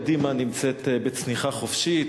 קדימה נמצאת בצניחה חופשית,